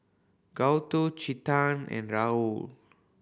Gouthu Chetan and Rahul